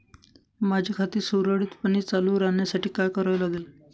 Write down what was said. माझे खाते सुरळीतपणे चालू राहण्यासाठी काय करावे लागेल?